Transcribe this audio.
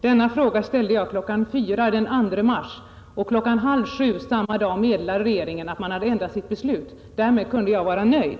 Denna fråga ställde jag kl. 4 den 2 mars, och kl. 1/2 7 samma dag meddelade regeringen att man hade ändrat sitt beslut. Därmed kunde jag vara nöjd.